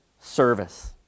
service